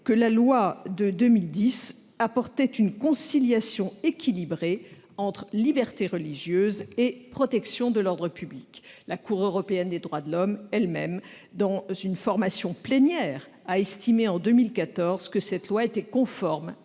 que la loi de 2010 apportait une conciliation équilibrée entre liberté religieuse et protection de l'ordre public. La Cour européenne des droits de l'homme elle-même en formation plénière a estimé en 2014 que cette loi était conforme